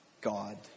God